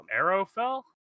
Arrowfell